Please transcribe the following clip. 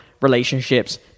relationships